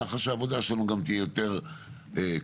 כך שהעבודה שלנו תהיה יותר קלה.